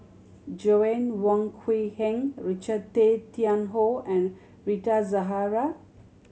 Joanna Wong Quee Heng Richard Tay Tian Hoe and Rita Zahara